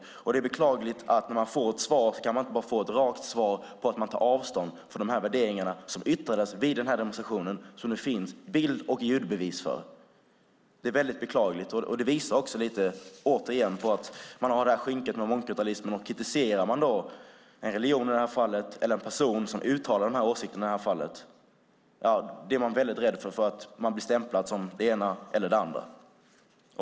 Det är väldigt beklagligt att man inte bara kan ge ett rakt svar om att man tar avstånd från dessa värderingar, som uttrycktes vid den här demonstrationen och som det finns bild och ljudbevis för, och det visar återigen på att man har det här skynket med mångkulturalismen. Man är väldigt rädd för att komma med kritik, i det här fallet mot en religion eller en person som uttalar dessa åsikter, för man kan bli stämplad som det ena eller det andra.